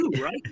Right